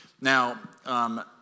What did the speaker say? Now